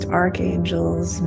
archangels